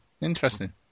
interesting